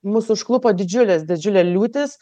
mus užklupo didžiulės didžiulė liūtis